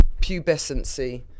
pubescency